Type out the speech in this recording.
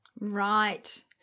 right